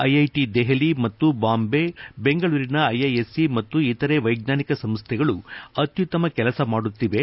IIT Delhi ಮತ್ತು Bombay ಬೆಂಗಳೂರಿನ IISc ಮತ್ತು ಇತರೆ ವೈಜ್ಞಾನಿಕ ಸಂಸ್ಥೆಗಳು ಅತ್ಯುತ್ತಮ ಕೆಲಸ ಮಾಡುತ್ತಿವೆ